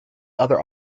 other